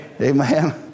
Amen